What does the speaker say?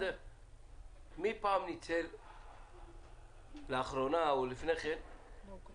מי לאחרונה או לפני כן ניצל,